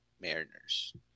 Mariners